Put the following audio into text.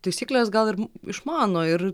taisykles gal ir išmano ir